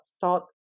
thought